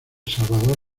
salvador